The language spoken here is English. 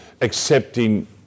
accepting